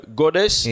goddess